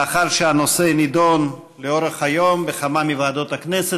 לאחר שהנושא נדון לאורך היום בכמה מוועדות הכנסת,